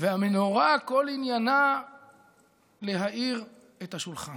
והמנורה, כל עניינה להאיר את השולחן.